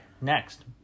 next